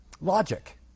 logic